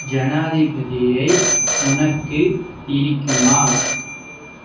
ஜனாதிபதியை உனக்கு பிடிக்குமா